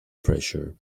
pressure